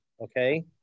Okay